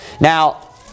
Now